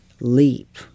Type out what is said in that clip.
leap